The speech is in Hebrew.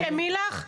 תרשמי לך.